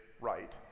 right